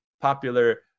popular